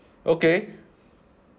okay